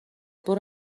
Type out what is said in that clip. برو